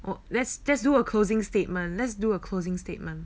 well let's just do or closing statement let's do a closing statement